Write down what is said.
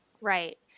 Right